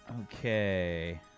Okay